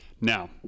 Now